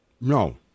no